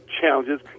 challenges